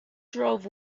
drove